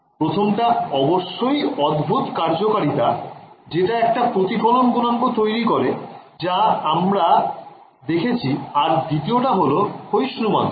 প্রথমটা অবশ্যই এর অদ্ভুত কার্যকারিতা যেটা একটা প্রতিফলন গুনাঙ্ক তৈরি করে যা আমরা দেখেছি আর দ্বিতীয় টা হল ক্ষয়িষ্ণু মাধ্যম